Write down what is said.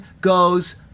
goes